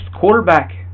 quarterback